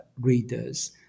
readers